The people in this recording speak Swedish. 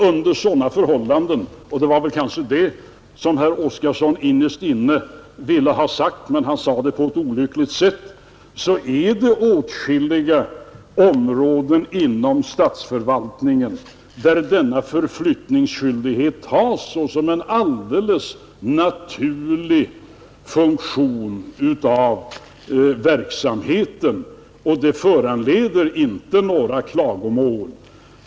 Under sådana förhållanden — och det var kanske det som herr Oskarson innerst inne ville ha sagt, fast han sade det på ett olyckligt sätt — är det åtskilliga områden inom statsförvaltningen där denna förflyttningsskyldighet betraktas som en alldeles naturlig funktion av verksamheten och inte föranleder några klagomål.